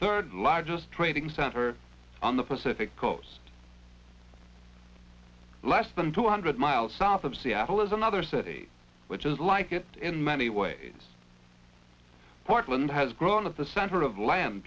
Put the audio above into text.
third largest trading center on the pacific coast less than two hundred miles south of seattle is another city which is like it in many ways portland has grown of the center of la